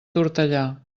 tortellà